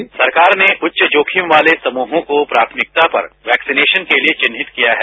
उत्तर सरकार ने उच्च जोखिम वाले समूहों को प्राथमिकता पर वैक्सिनेशन के लिए चिन्हित किया है